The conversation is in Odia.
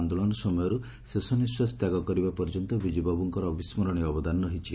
ଆନ୍ଦୋଳନ ସମୟରୁ ଶେଷନିଶ୍ୱାସ ତ୍ୟାଗ କରିବା ପର୍ଯ୍ୟନ୍ତ ବିଜୁବାବୁଙ୍କର ଅବିସ୍କରଣୀୟ ଅବଦାନ ରହିଛି